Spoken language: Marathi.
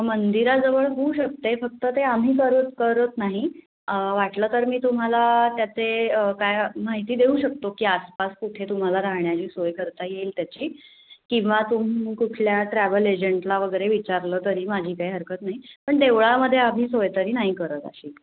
मंदिराजवळ होऊ शकते फक्त ते आम्ही करत करत नाही वाटलं तर मी तुम्हाला त्याचे काय माहिती देऊ शकतो की आसपास कुठे तुम्हाला राहण्याची सोय करता येईल त्याची किंवा तुम्ही कुठल्या ट्रॅव्हल एजंटला वगैरे विचारलं तरी माझी काही हरकत नाही पण देवळामध्ये आम्ही सोय तरी नाही करत अशी